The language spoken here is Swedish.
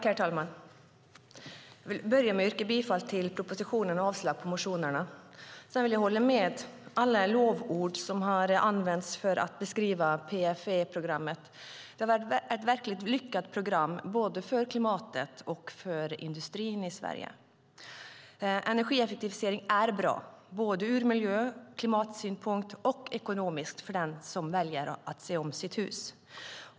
Herr talman! Jag vill börja med att yrka bifall till propositionen och avslag på motionerna. Jag instämmer i alla lovord som har använts för att beskriva PFE-programmet. Det har varit ett verkligt lyckat program både för klimatet och för industrin i Sverige. Energieffektivisering är bra både ur miljö och klimatsynpunkt och ekonomiskt för den som väljer att se om sitt hus.